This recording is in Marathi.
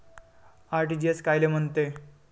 आर.टी.जी.एस कायले म्हनते?